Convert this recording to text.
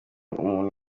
umuntu